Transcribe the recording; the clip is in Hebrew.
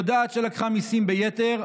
היא יודעת שלקחה מיסים ביתר,